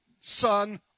son